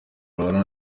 bahura